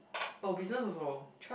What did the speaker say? oh business also